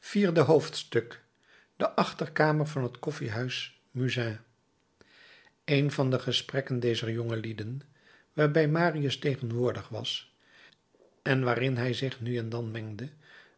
vierde hoofdstuk de achterkamer van het koffiehuis musain een van de gesprekken dezer jongelieden waarbij marius tegenwoordig was en waarin hij zich nu en dan mengde